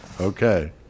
Okay